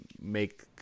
make